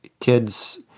Kids